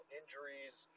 injuries